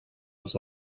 was